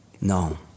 No